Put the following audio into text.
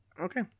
Okay